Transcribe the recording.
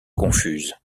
confuse